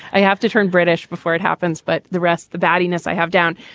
i have to turn british before it happens. but the rest the badness i have down.